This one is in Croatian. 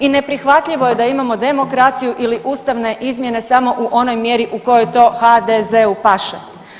I neprihvatljivo je da imamo demokraciju ili ustavne izmjene samo u onoj mjeri u kojoj to HDZ-u paše.